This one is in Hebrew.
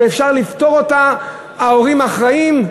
שאפשר לפטור אותה ב"ההורים אחראים"?